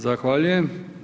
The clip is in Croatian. Zahvaljujem.